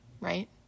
Right